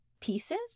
pieces